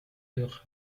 durch